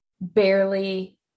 barely